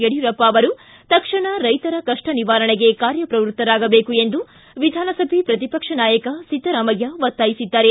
ಯಡಿಯೂರಪ್ಪ ಅವರು ತಕ್ಷಣ ರೈತರ ಕಷ್ಣ ನಿವಾರಣೆಗೆ ಕಾರ್ಯ ಪ್ರವೃತ್ತರಾಗಬೇಕು ಎಂದು ವಿಧಾನಸಭೆ ಪ್ರತಿಪಕ್ಷ ನಾಯಕ ಸಿದ್ದರಾಮಯ್ಯ ಒತ್ತಾಯಿಸಿದ್ದಾರೆ